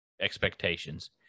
expectations